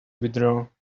withdraw